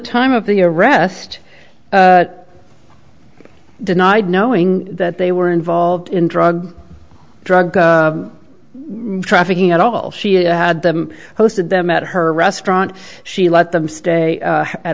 time of the arrest denied knowing that they were involved in drug drug trafficking at all she had them hosted them at her restaurant she let them stay at